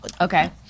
okay